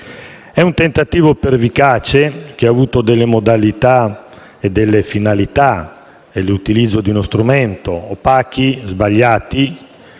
È un tentativo pervicace che ha avuto modalità e finalità nell'utilizzo di uno strumento opache e sbagliate.